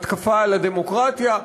התקפה על הדמוקרטיה,